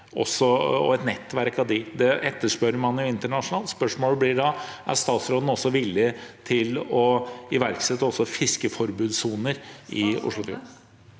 og et nettverk av det. Det etterspør man internasjonalt. Spørsmålet blir da: Er statsråden villig til også å iverksette fiskeforbudssoner i Oslofjorden?